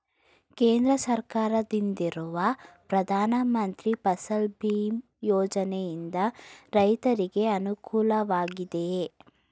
ಕೇಂದ್ರ ಸರ್ಕಾರದಿಂದಿರುವ ಪ್ರಧಾನ ಮಂತ್ರಿ ಫಸಲ್ ಭೀಮ್ ಯೋಜನೆಯಿಂದ ರೈತರಿಗೆ ಅನುಕೂಲವಾಗಿದೆಯೇ?